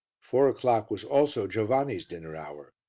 four o'clock was also giovanni's dinner-hour,